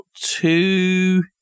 two